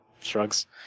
Shrugs